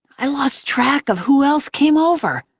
i lost track of who else came over.